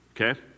okay